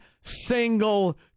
single